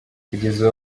kugeza